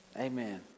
Amen